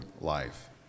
life